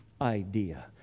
idea